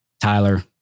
Tyler